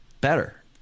better